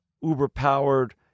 Uber-powered